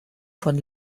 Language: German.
von